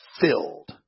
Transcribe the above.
filled